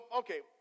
okay